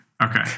Okay